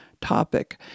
topic